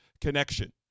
Connection